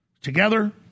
together